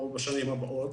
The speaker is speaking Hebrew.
או בשנים הבאות.